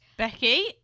Becky